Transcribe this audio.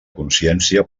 consciència